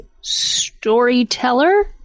storyteller